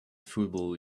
football